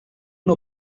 una